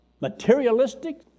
Materialistic